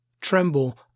Tremble